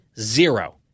zero